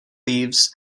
leaves